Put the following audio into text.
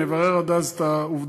נברר עד אז את העובדות,